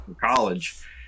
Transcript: college